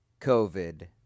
COVID